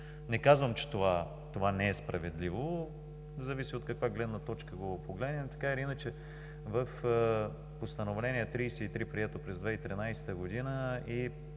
Не казвам, че това не е справедливо, зависи от каква гледна точка го погледнем. Така или иначе в Постановление № 33, прието през 2013 г.,